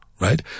right